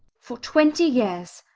for twenty years.